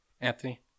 anthony